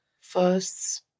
First